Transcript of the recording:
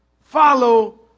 Follow